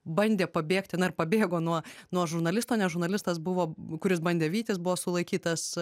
bandė pabėgti na ir pabėgo nuo nuo žurnalisto nes žurnalistas buvo kuris bandė vytis buvo sulaikytas